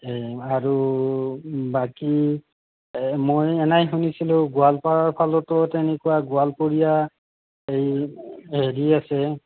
আৰু বাকী মই এনেই শুনিছিলোঁ গোৱালপাৰা ফালতো তেনেকুৱা গোৱালপৰীয়া এই হেৰি আছে